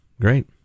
Great